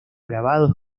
grabado